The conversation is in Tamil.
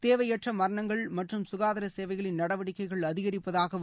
தேவையற்ற மரணங்கள் மற்றும் சுகாதார சேவைகளின் நடவடிக்கைகள் அதிகரிப்பதாகவும் அவர் கூறினார்